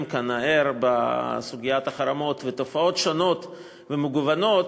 כאן הערב בסוגיית החרמות ותופעות שונות ומגוונות,